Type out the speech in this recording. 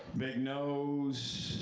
big nose,